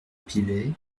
pivet